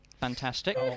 Fantastic